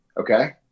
okay